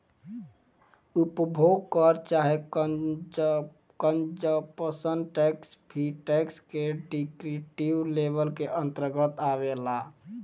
उपभोग कर चाहे कंजप्शन टैक्स भी टैक्स के डिस्क्रिप्टिव लेबल के अंतरगत आवेला